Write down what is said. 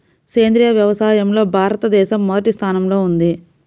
సేంద్రీయ వ్యవసాయంలో భారతదేశం మొదటి స్థానంలో ఉంది